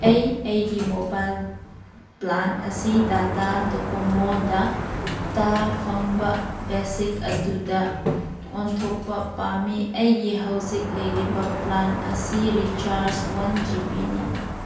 ꯑꯩ ꯑꯩꯒꯤ mobile plan ꯑꯁꯤ ꯇꯇꯥ ꯗꯣꯀꯣꯃꯣꯗ ꯇ ꯐꯪꯕ ꯕꯦꯁꯤꯛ ꯑꯗꯨꯗ ꯑꯣꯟꯊꯣꯛꯄ ꯄꯥꯝꯃꯤ ꯑꯩꯒꯤ ꯍꯧꯖꯤꯛ ꯂꯩꯔꯤꯕ ꯄ꯭ꯂꯥꯟ ꯑꯁꯤ ꯔꯤꯆꯥꯔꯖ ꯋꯥꯟ ꯖꯤ ꯕꯤꯅꯤ